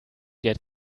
get